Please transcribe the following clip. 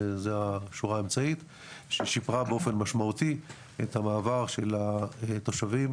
וזו השורה האמצעית ששיפרה באופן משמעותי את המעבר של התושבים